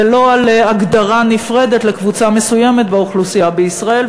ולא על הגדרה נפרדת לקבוצה מסוימת באוכלוסייה בישראל,